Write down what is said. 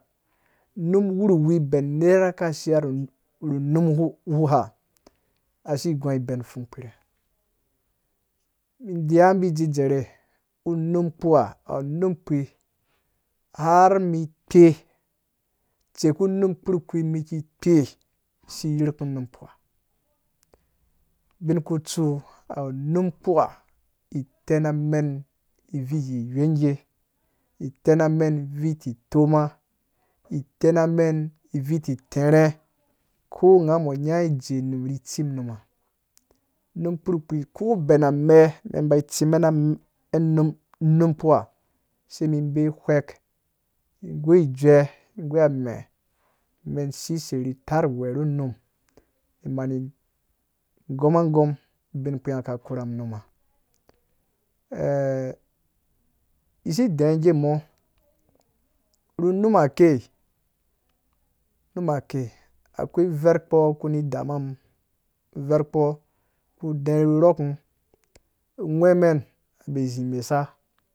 Unum wurhuwi ben nerhaka shia ru unum wu ha, asi gua ben pfung gbirhe, me daiwa bi dzidzarhe num kpuwa a wu num kpei har me kpea tsiku num kpurhu mum kpea isi yurhu ku num kpuwa ubinku tsu a wu num kpuwa itɛnamen ivui itima itɛnamen ivui tɛrhɛ konga muanya ijee unum ri tsimum numa num kpurhu kpei ko bena mɛ men bai tsimen num num kpuwa se me be hweek i goi ijue goi mɛ̃ men sesei ri tar we ru unum manu gɔmagɔm bin kpei nga ka korhu mum numa isi dɛ̃ ge mɔ, ru numa kei numa kei ako ver kpo kuni dama mum verkpo kpu ku dɛ̃ ru rhukun ungwɛ̃ mem a kpo imesa